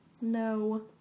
No